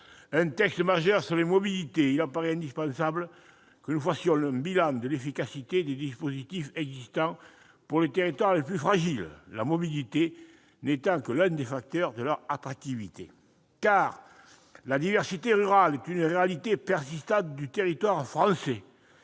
un texte majeur sur les mobilités, il apparaît indispensable de dresser un bilan de l'efficacité des dispositifs existants pour les territoires les plus fragiles, la mobilité n'étant que l'un des facteurs de leur attractivité. Car la diversité rurale est une réalité persistante du territoire français